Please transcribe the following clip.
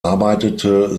arbeitete